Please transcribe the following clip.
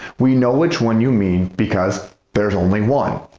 we know which one you mean, because there's only one!